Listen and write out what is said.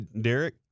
Derek